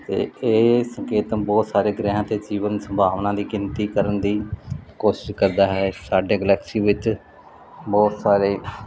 ਅਤੇ ਇਹ ਸੰਕੇਤ ਬਹੁਤ ਸਾਰੇ ਗ੍ਰਹਿਾਂ 'ਤੇ ਜੀਵਨ ਸੰਭਾਵਨਾ ਦੀ ਗਿਣਤੀ ਕਰਨ ਦੀ ਕੋਸ਼ਿਸ਼ ਕਰਦਾ ਹੈ ਸਾਡੇ ਗਲੈਕਸੀ ਵਿੱਚ ਬਹੁਤ ਸਾਰੇ